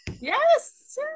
yes